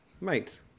mate